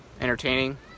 entertaining